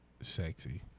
sexy